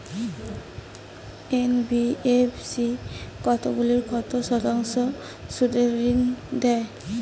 NBFC কতগুলি কত শতাংশ সুদে ঋন দেয়?